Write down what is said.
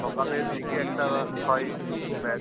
সকালের দিকে একটা হয় ব্যাচ